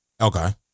Okay